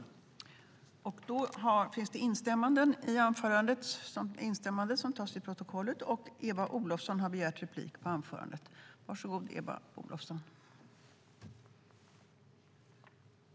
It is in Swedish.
I detta anförande instämde Olof Lavesson .